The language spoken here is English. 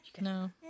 No